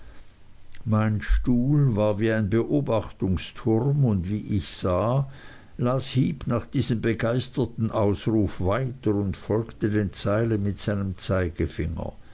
mein stuhl war wie ein beobachtungsturm und wie ich sah las heep nach diesem begeisterten ausruf weiter und folgte den zeilen mit seinem zeigefinger